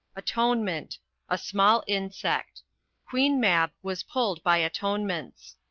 atonement a small insect queen mab was pulled by atonements.